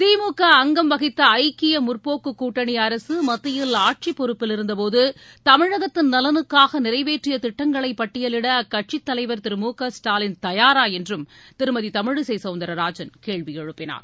திமுக அங்கம் வகித்த ஐக்கிய முற்போக்கு கூட்டணி அரசு மத்தியில் ஆட்சிப் பொறுப்பில் இருந்தபோது தமிழகத்தின் நலனுக்காக நிறைவேற்றிய திட்டங்களை பட்டியலிட அக்கட்சியின் தலைவர் திரு மு க ஸ்டாலின் தயாரா என்றும் திருமதி தமிழிசை கவுந்தரராஜன் கேள்வி எழுப்பினார்